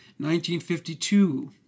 1952